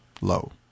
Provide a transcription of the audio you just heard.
low